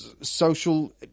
social